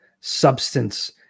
substance